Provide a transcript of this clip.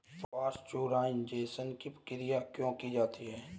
Pasteurisation की क्रिया क्यों की जाती है?